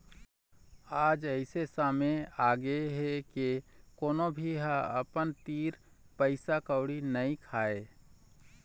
आज अइसे समे आगे हे के कोनो भी ह अपन तीर पइसा कउड़ी नइ राखय